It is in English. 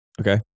Okay